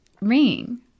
ring